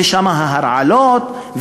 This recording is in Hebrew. ושם ההרעלות,